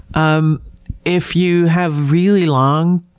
um if you have really long